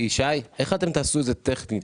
ישי איך אתם תעשו את זה טכנית,